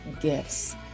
gifts